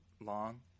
long